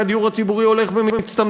כי הדיור הציבורי הולך ומצטמצם,